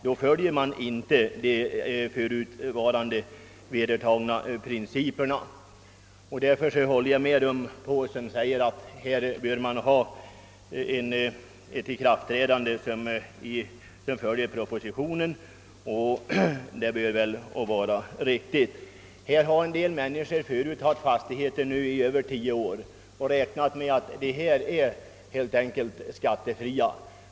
Därför håller jag med dem som kräver att man i fråga om tidpunkten för lagens ikraftträdande skall följa förslaget i propositionen, som är det riktiga. Det finns människor som ägt sina fastigheter i över tio år och räknat med dem såsom skattefria vid en försäljning.